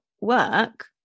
work